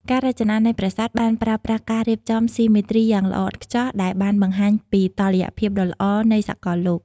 ការរចនានៃប្រាសាទបានប្រើប្រាស់ការរៀបចំស៊ីមេទ្រីយ៉ាងល្អឥតខ្ចោះដែលបានបង្ហាញពីតុល្យភាពដ៏ល្អនៃសកលលោក។